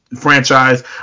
franchise